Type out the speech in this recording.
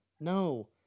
No